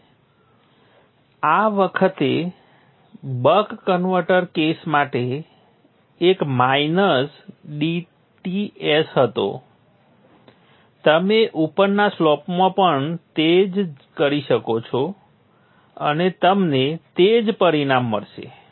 તેથી આ વખતે બક કન્વર્ટર કેસ માટે એક માઇનસ dTs હતો તમે ઉપરના સ્લોપમાં પણ તે જ કરી શકો છો અને તમને તે જ પરિણામ મળશે